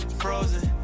frozen